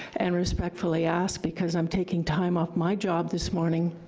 and respectfully ask, because i'm taking time off my job this morning,